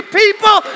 people